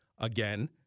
Again